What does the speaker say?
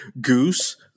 Goose